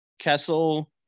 Kessel